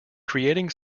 creating